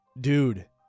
Dude